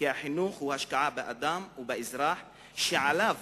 כי החינוך הוא השקעה באדם ובאזרח שעליו